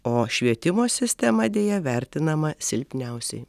o švietimo sistema deja vertinama silpniausiai